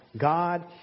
God